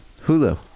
hulu